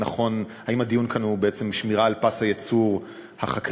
האם הדיון כאן הוא בעצם שמירה על פס הייצור החקלאי,